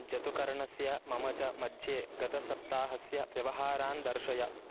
जतुकर्णस्य मम च मध्ये गतसप्ताहस्य व्यवहारान् दर्शय